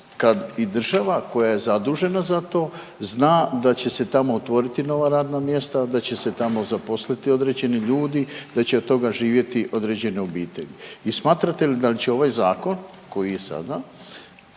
kad i država koja je zadužena za to zna da će se tamo otvoriti nova radna mjesta, da će se tamo zaposliti određeni ljudi, da će od toga živjeti određene obitelji? I smatrate li da li će ovaj zakon koji je sada